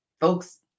folks